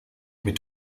mit